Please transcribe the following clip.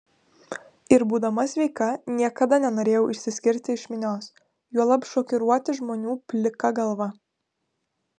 ir būdama sveika niekada nenorėjau išsiskirti iš minios juolab šokiruoti žmonių plika galva